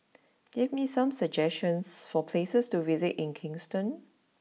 give me some suggestions for places to visit in Kingston